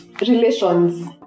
Relations